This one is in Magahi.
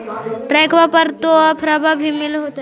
ट्रैक्टरबा पर तो ओफ्फरबा भी मिल होतै?